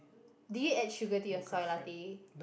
do you add sugar to your soy latte